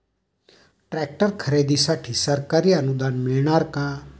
Tractor खरेदीसाठी सरकारी अनुदान मिळणार का?